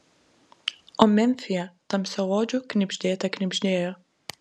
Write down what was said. o memfyje tamsiaodžių knibždėte knibždėjo